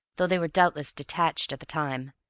though they were doubtless detached at the time,